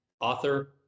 author